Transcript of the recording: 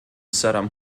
saddam